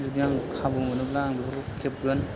जुदि आं खाबु मोनोब्ला आं खेबगोन